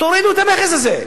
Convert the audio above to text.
תורידו את המכס הזה.